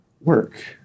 work